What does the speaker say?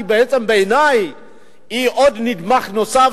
בעיני היא נדבך נוסף,